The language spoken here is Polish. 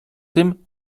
tym